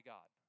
God